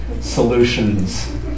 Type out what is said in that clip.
solutions